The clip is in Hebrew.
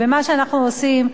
ומה שאנחנו עושים,